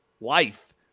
life